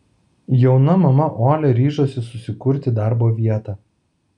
jauna mama olia ryžosi susikurti darbo vietą